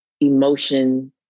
emotion